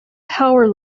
power